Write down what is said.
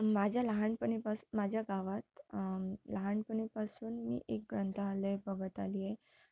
माझ्या लहानपणीपासून माझ्या गावात लहानपणीपासून मी एक ग्रंथालय बघत आली आहे